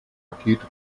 pakete